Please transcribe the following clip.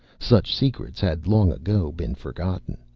such secrets had long ago been forgotten.